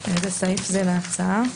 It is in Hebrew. זה סעיף 6 להצעה.